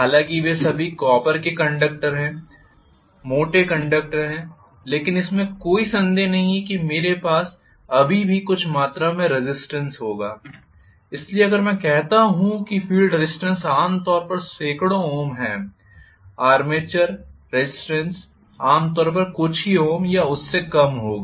हालांकि वे सभी कॉपर के कंडक्टर हैं मोटे कंडक्टर हैं लेकिन इसमें कोई संदेह नहीं है मेरे पास अभी भी कुछ मात्रा में रेज़िस्टेन्स होगा इसलिए अगर मैं कहता हूं कि फील्ड रेज़िस्टेन्स आम तौर पर सैकड़ों ओम है आर्मेचर प्रतिरोध आमतौर पर कुछ ही ओम या उससे कम होगा